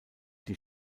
die